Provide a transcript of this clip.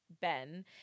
Ben